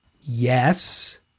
Yes